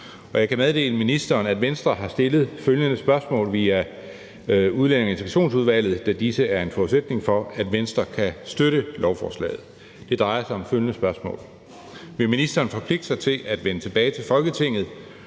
Jeg kan meddele ministeren, at Venstre har stillet nogle spørgsmål via Udlændinge- og Integrationsudvalget, da disse er en forudsætning for, at Venstre kan støtte lovforslaget. Det drejer sig om følgende spørgsmål: Vil ministeren forpligte sig til at vende tilbage til Folketinget,